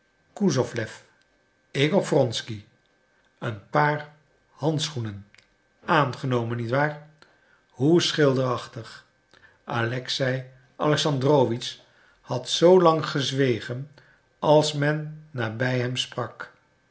kusowlew ik op wronsky een paar handschoenen aangenomen niet waar hoe schilderachtig alexei alexandrowitsch had zoo lang gezwegen als men nabij hem sprak